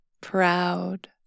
proud